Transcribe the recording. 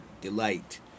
delight